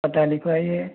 पता लिखवाइए